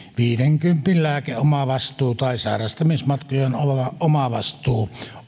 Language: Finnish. viidenkympin lääkeomavastuu tai sairastamismatkojen omavastuu